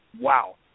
Wow